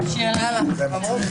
הישיבה ננעלה בשעה